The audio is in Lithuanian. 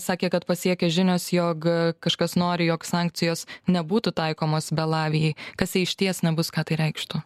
sakė kad pasiekė žinios jog kažkas nori jog sankcijos nebūtų taikomos belavijai kas jei išties nebus ką tai reikštų